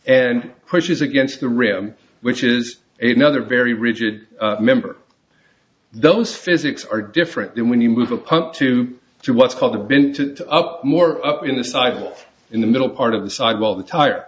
and pushes against the rim which is a another very rigid member those physics are different than when you move a pump to do what's called the bin to up more up in the side wall in the middle part of the side while the tire